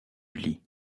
lit